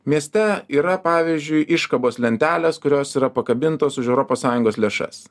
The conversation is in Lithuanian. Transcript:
mieste yra pavyzdžiui iškabos lentelės kurios yra pakabintos už europos sąjungos lėšas